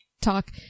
talk